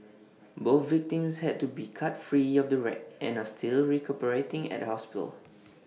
both victims had to be cut free of the wreck and are still recuperating at A hospital